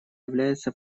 является